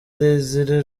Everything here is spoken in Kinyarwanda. desire